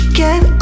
get